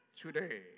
today